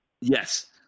Yes